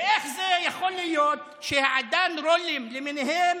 ואיך זה יכול להיות שהעידן-רולים למיניהם